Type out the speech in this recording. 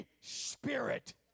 spirit